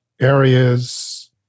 areas